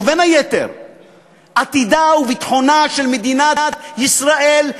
ובין היתר עתידה וביטחונה של מדינת ישראל,